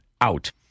out